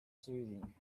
soothing